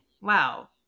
wow